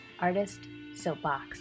artistsoapbox